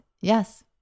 yes